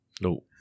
No